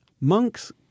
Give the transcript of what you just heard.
monks